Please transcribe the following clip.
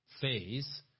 phase